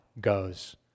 goes